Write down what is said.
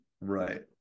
right